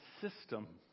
system